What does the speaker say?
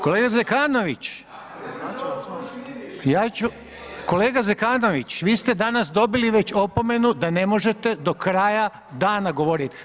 Kolega Zekanović, ja ću, kolega Zekanović vi ste danas dobili već opomenu da ne možete do kraja dana govoriti.